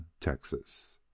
Texas